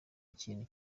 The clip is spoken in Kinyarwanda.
ikindi